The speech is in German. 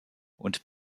und